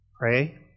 Pray